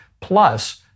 plus